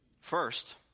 First